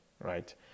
right